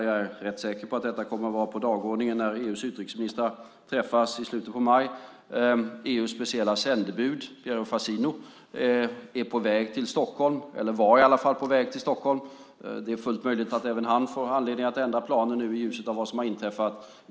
Jag är rätt säker på att detta kommer att stå på dagordningen när EU:s utrikesministrar träffas i slutet av maj. EU:s speciella sändebud, Piero Fassino, är på väg till Stockholm, eller var i alla fall på väg till Stockholm. Det är fullt möjligt att även han har anledning att ändra planen i ljuset av vad som har inträffat.